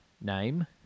name